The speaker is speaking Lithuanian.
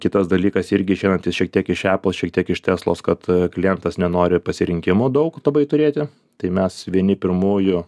kitas dalykas irgi išeinantis šiek tiek iš apple šiek tiek iš teslos kad klientas nenori pasirinkimų daug labai turėti tai mes vieni pirmųjų